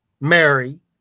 Mary